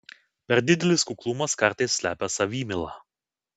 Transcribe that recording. per didelis kuklumas kartais slepia savimylą